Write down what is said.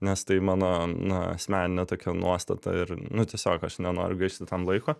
nes tai mano na asmeninė tokia nuostata ir nu tiesiog aš nenoriu gaišti tam laiko